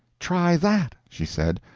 try that, she said,